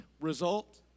result